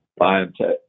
biotech